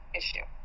issue